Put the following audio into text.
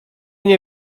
nie